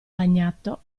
bagnato